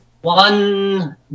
one